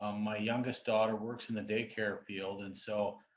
um my youngest daughter works in the day care field and so.